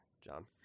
john